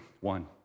One